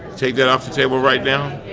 take that off the table right now,